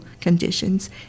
conditions